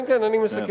כן, כן, אני מסכם.